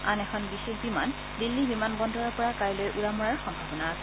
আন এখন বিশেষ বিমান দিল্লী বিমান বন্দৰৰ পৰা কাইলৈ উৰা মৰাৰ সম্ভাৱনা আছে